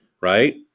right